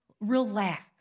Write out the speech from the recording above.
relax